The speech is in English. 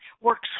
works